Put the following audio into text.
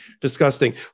disgusting